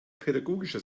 pädagogischer